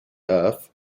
earth